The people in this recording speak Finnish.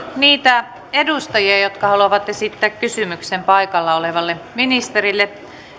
niitä edustajia jotka haluavat esittää kysymyksen paikalla olevalle ministerille